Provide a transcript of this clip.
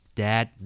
dad